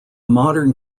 modern